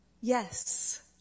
Yes